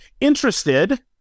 interested